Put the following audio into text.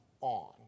on